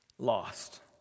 Lost